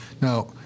Now